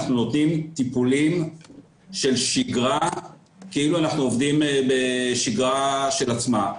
אנחנו נותנים טיפולים של שגרה כאילו אנחנו עובדים בשגרה של עצמה.